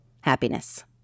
happiness